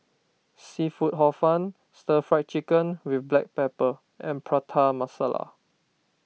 Seafood Hor Fun Stir Fried Chicken with Black Pepper and Prata Masala